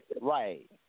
right